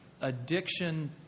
addiction